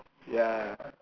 ya